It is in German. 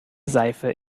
seife